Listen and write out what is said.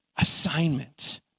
assignment